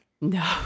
No